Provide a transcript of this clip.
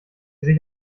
sich